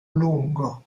lungo